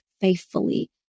faithfully